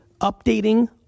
updating